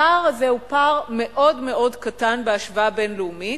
הפער הזה הוא פער מאוד קטן בהשוואה בין-לאומית,